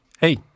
Hey